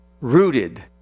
rooted